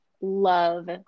love